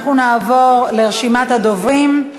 אנחנו נעבור לרשימת הדוברים.